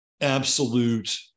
absolute